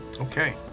Okay